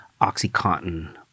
Oxycontin